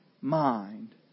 mind